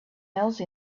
else